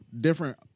different